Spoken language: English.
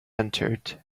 entered